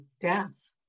death